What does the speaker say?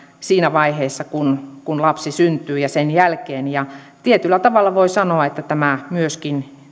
siinä vaiheessa kun kun lapsi syntyy ja sen jälkeen tietyllä tavalla voi sanoa että tämä esitys myöskin